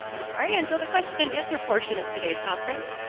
i'm sorry, until the question-and-answer portion of today's conference.